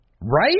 Right